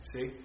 See